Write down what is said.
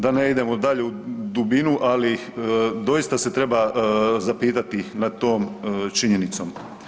Da ne idemo dalje u dubinu, ali doista se treba zapitati nad tom činjenicom.